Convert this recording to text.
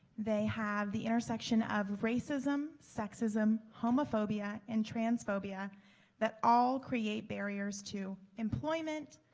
they have the intersection of racism, sexism, homophobia and transphobia that all create barriers to employment,